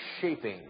shaping